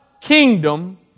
kingdom